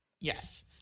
Yes